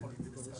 ועדה